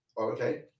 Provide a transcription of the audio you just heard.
Okay